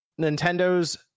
Nintendo's